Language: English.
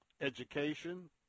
education